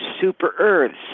super-Earths